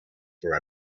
for